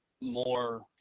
more